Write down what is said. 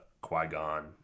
Qui-Gon